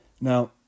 Now